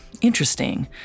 interesting